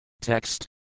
Text